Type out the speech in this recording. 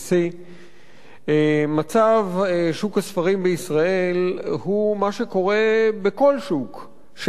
מצב שוק הספרים בישראל הוא מה שקורה בכל שוק שאין בו מעצורים.